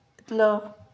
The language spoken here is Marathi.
इथलं